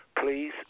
Please